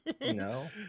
No